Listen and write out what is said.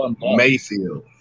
Mayfield